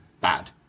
bad